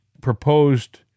proposed